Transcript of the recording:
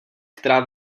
která